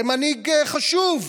זה מנהיג חשוב,